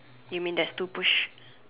you mean there's two push